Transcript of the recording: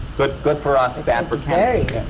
good good for us, bad for kenny.